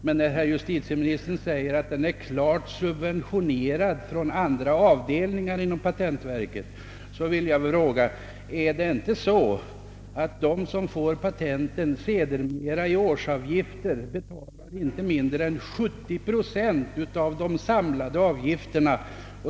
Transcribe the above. Men när herr justitieministern säger att ansökningsavgifterna är klart subventionerade från andra avdelningar inom patentverket, vill jag fråga om inte de som får patent sedermera i årsavgifter betalar inte mindre än 70 procent av de samlade avgifterna.